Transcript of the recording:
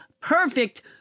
perfect